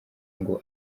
ngo